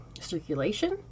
circulation